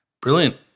Brilliant